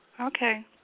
Okay